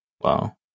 Wow